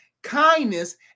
kindness